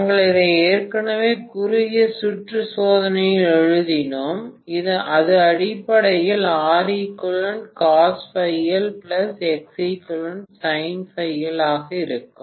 நாங்கள் அதை ஏற்கனவே குறுகிய சுற்று சோதனையில் எழுதினோம் அது அடிப்படையில் இருக்கும்